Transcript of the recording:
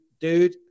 dude